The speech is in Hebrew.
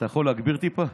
אתה יכול להגביר טיפה?